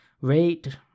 rate